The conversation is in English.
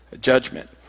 judgment